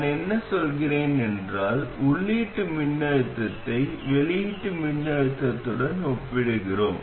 நான் என்ன சொல்கிறேன் என்றால் உள்ளீட்டு மின்னழுத்தத்தை வெளியீட்டு மின்னழுத்தத்துடன் ஒப்பிடுகிறோம்